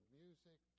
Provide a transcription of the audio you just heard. music